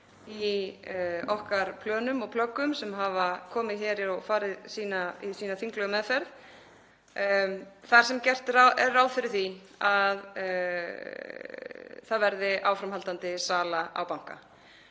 í okkar plönum og plöggum sem hafa komið hér og farið í sína þinglegu meðferð þar sem gert er ráð fyrir því að það verði áframhaldandi sala á banka.